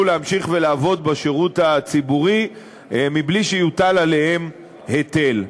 להמשיך ולעבוד בשירות הציבורי מבלי שיוטל עליהם היטל.